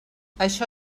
això